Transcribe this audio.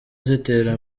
zitera